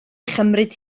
chymryd